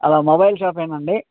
hello mobile షాపేనా అండి